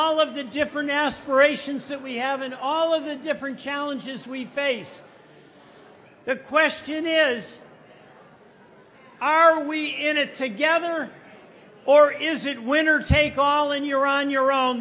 all of the different aspirations that we have and all of the different challenges we face the question is are we in it together or is it winner take all and you're on your own